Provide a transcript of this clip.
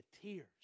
tears